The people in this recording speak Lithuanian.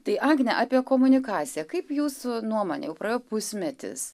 tai agnė apie komunikaciją kaip jūsų nuomone jau praėjo pusmetis